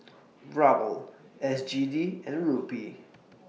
Ruble S G D and Rupee